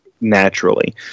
naturally